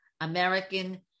American